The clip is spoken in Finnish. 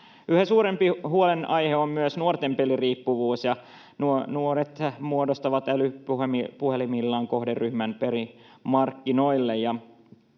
Yhä suurempi huolenaihe on myös nuorten peliriippuvuus, ja nuoret muodostavat älypuhelimillaan kohderyhmän pelimarkkinoille.